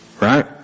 right